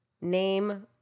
name